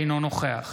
אינו נוכח